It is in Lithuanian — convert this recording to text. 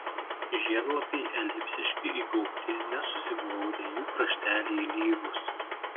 žiedlapiai elipsiški įgaubti nesusiglaudę jų krašteliai lygūs